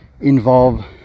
involve